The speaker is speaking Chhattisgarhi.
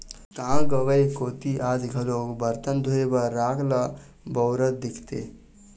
गाँव गंवई कोती आज घलोक बरतन धोए बर राख ल बउरत दिखथे